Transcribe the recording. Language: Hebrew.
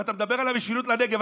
ואתה מדבר על המשילות בנגב.